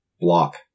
block